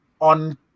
on